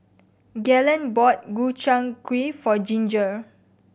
Galen bought Gobchang Gui for Ginger